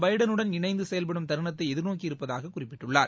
பைடனுடன் இணைந்து செயல்படும் தருணத்தை எதிர்நோக்கியிருப்பதாக குறிப்பிட்டுள்ளார்